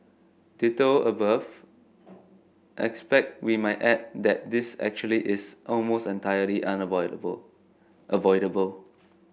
ditto above expect we might add that this actually is almost entirely unavoidable avoidable